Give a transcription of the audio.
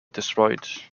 destroyed